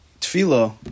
tefillah